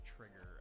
Trigger